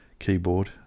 keyboard